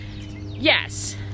yes